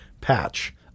patch